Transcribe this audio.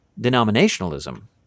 denominationalism